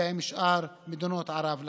ועם שאר מדינות ערב.